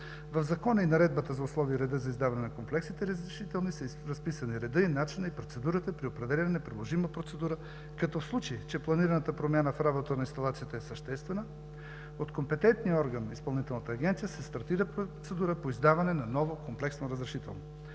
В Закона и Наредбата за условията и реда за издаване на комплексните разрешителни са разписани редът, начинът и процедурата при определяне на приложима процедура, като в случай че планираната промяна в работата на инсталацията е съществена, от компетентния орган – Изпълнителната агенция, се стартира процедура по издаване на ново комплексно разрешително.